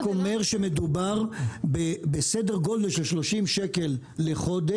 אני רק אומר שמדובר בסדר גודל של 30 שקלים לחודש,